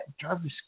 Jarvis